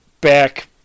back